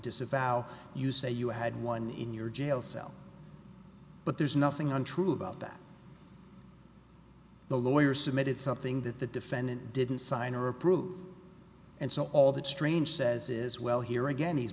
disavow you say you had one in your jail cell but there's nothing on true about that the lawyer submitted something that the defendant didn't sign or approve and so all that strange says is well here again he's